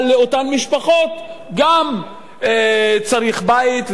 אבל לאותן משפחות גם צריך שיהיה בית,